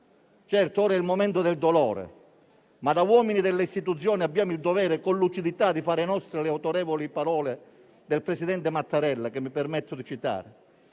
Certo, ora è il momento del dolore, ma da uomini delle istituzioni abbiamo il dovere, con lucidità, di fare nostre le autorevoli parole del presidente Mattarella, che i permetto di citare: